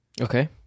Okay